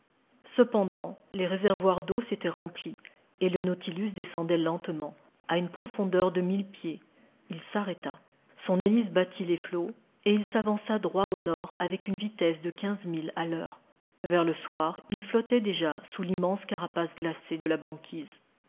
cependant les réservoirs d'eau s'étaient remplis et le nautilus descendait lentement a une profondeur de mille pieds il s'arrêta son hélice battit les flots et il s'avança droit au nord avec une vitesse de quinze milles à l'heure vers le soir il flottait déjà sous l'immense carapace glacée de la banquise